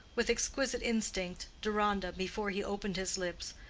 with exquisite instinct, deronda, before he opened his lips,